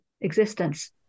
existence